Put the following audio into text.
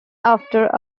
after